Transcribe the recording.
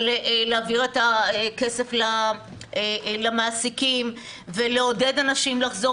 על העברת הכסף למעסיקים ולעודד אנשים לחזור,